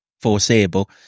foreseeable